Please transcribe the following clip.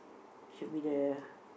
should be the